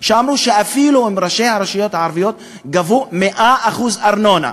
שאמרו שאפילו אם ראשי הרשויות גבו 100% ארנונה,